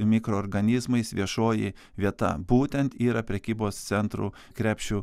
mikroorganizmais viešoji vieta būtent yra prekybos centrų krepšių